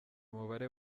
umubare